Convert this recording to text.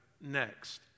next